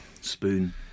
spoon